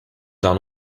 down